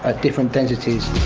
ah different densities.